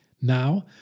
Now